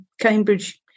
Cambridge